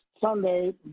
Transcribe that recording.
sunday